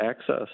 access